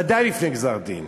ודאי לפני גזר-דין,